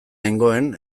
nengoen